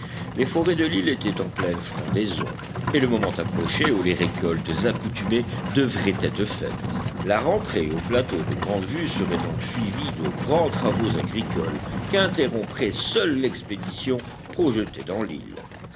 les forêts de l'île étaient en pleine frondaison et le moment approchait où les récoltes accoutumées devraient être faites la rentrée au plateau de grande vue serait donc suivie de grands travaux agricoles qu'interromprait seule l'expédition projetée dans l'île